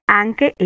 anche